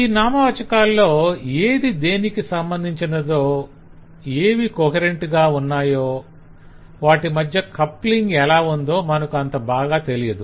ఈ నామవాచకాల్లో ఏది దేనికి సంబంధించినదో ఏవి కొహెరెంట్ గా ఉన్నాయో వాటి మధ్య కప్లింగ్ ఎలా ఉందో మనకు అంత బాగా తెలియదు